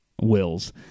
wills